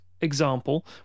example